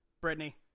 Brittany